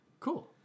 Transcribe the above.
Cool